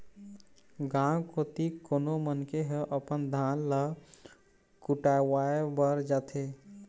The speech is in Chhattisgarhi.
गाँव कोती कोनो मनखे ह अपन धान ल कुटावय बर जाथे